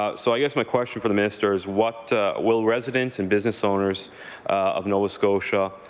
ah so i guess my question for the minister is what will residents and business owners of nova scotia